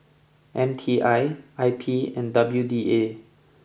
M T I I P and W D A